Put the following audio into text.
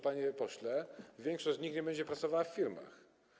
Panie pośle, większość z nich nie będzie pracowała w firmach.